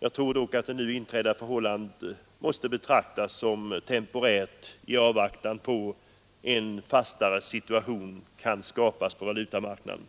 Jag tror dock att det nu inträdda förhållandet får betraktas som temporärt i avvaktan på att en fastare situation kan skapas på valutamarknaden.